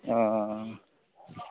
हाँ हाँ हाँ